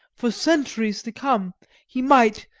for centuries to come he might,